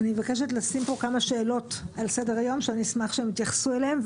אני מבקשת לשים פה כמה שאלות על סדר-היום שאני אשמח שהם יתייחסו אליהן.